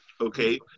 okay